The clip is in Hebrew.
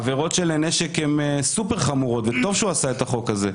עבירות של נשק הן סופר-חמורות וטוב שהוא עשה את החוק הזה,